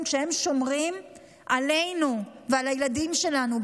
כשהם שומרים עלינו ועל הילדים שלנו,